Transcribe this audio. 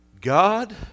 God